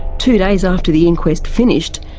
two days after the inquest finished,